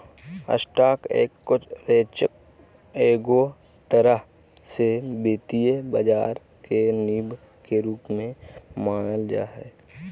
stock exchange एगो तरह से वित्तीय बाजार के नींव के रूप मे मानल जा हय